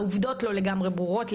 העובדות לא לגמרי ברורות לי,